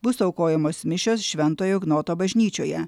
bus aukojamos mišios švento ignoto bažnyčioje